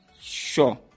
sure